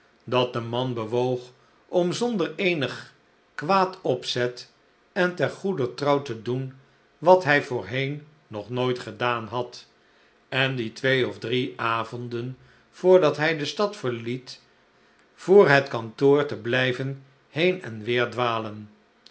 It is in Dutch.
dat den man bewoog om zonder eenig kwaad opzet en ter goeder trouw te doen wat hij voorheen nog nooit gedaan had en die twee of drie avonden voordat hij de stad verliet voor hetkantoor te blijven heen en weer dwalen